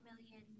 million